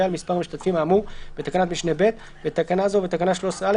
על מספר המשתתפים האמור בתקנת משנה (ב); בתקנה זו ובתקנה 13(א),